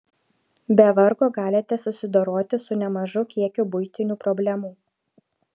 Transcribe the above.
be vargo galite susidoroti su nemažu kiekiu buitinių problemų